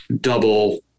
double